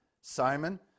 Simon